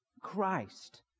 Christ